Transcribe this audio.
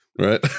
Right